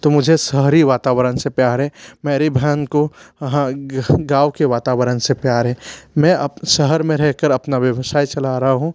तो मुझे शहरी वातावरण से प्यार है मेरी भहन को हाँ गाँव के वातावरण से प्यार है मैं अब शहर में रह कर अपना व्यवसाय चला रहा हूँ